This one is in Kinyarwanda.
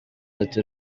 ati